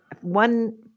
one